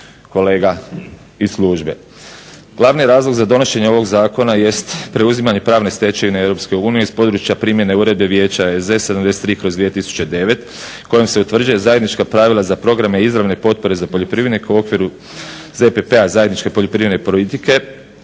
kolega iz službe.